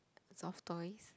soft toys